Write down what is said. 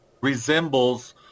resembles